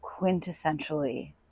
quintessentially